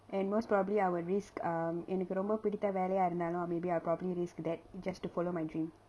and most probably I will risk um எனக்கு ரொம்ப பிடித்த வேலயா இருந்தாலும்:enaku romba piditha velaya irunthaaalum maybe I'll probably risk that just to follow my dream